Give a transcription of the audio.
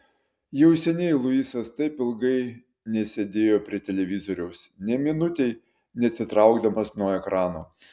jau seniai luisas taip ilgai nesėdėjo prie televizoriaus nė minutei neatsitraukdamas nuo ekrano